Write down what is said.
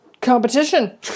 competition